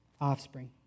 offspring